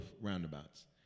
roundabouts